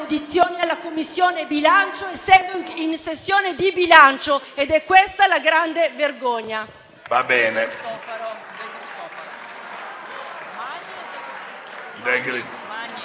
alla Commissione bilancio, essendo in sessione di bilancio. Ed è questa la grande vergogna!